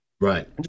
Right